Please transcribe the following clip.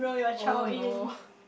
oh no